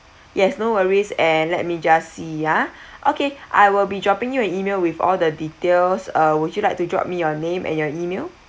yes no worries and let me just see ah okay I will be dropping you an email with all the details uh would you like to drop me your name and your email